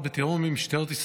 בתיאום עם משטרת ישראל,